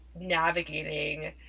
navigating